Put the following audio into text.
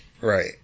right